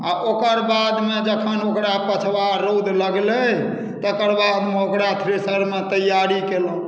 आ ओकर बादमे जखन ओकरा पछबा रौद लगलै तकर बादमे ओकरा थ्रेसरमे तैआरी केलहुँ